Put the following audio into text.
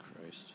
Christ